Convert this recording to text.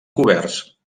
coberts